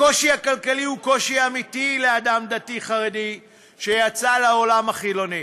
הקושי הכלכלי הוא קושי אמיתי לאדם דתי-חרדי שיצא לעולם החילוני.